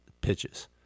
pitches